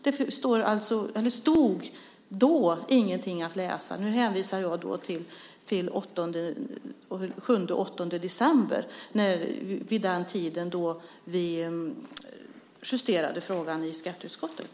Det stod då ingenting att läsa. Jag hänvisar till den 7 och 8 december då vi justerade frågan i skatteutskottet.